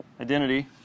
identity